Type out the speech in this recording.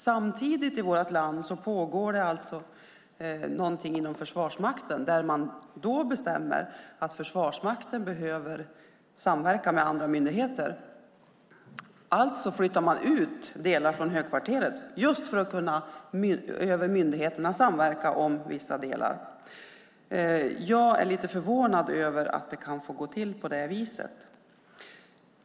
Samtidigt pågår i vårt land någonting inom Försvarsmakten där man bestämmer att Försvarsmakten behöver samverka med andra myndigheter. Alltså flyttar man ut delar från högkvarteret, just för att över myndigheterna kunna samverka om vissa delar. Jag är lite förvånad över att det kan få gå till på det viset.